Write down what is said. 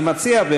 אני מציע,